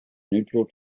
neutral